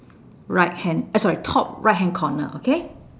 right hand uh sorry top right hand corner okay